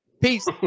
Peace